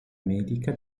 medica